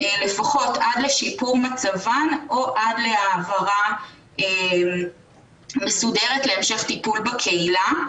לפחות עד לשיפור מצבן או עד להעברה מסודרת להמשך טיפול בקהילה.